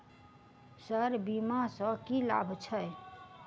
Sir बीमा सँ की लाभ छैय?